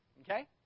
Okay